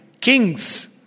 kings